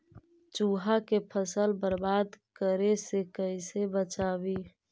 चुहा के फसल बर्बाद करे से कैसे बचाबी?